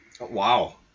Wow